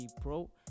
Pro